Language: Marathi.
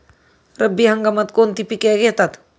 रब्बी हंगामात कोणती पिके घेतात?